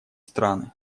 страны